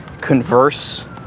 converse